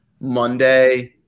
Monday